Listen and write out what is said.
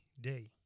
day